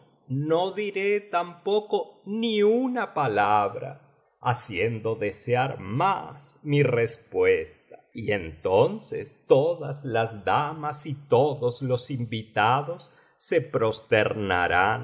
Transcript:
no diré tampoco ni una palabra haciendo desear más mi respuesta y entonces todas las damas y todos los invitados se prosternarán y